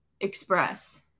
express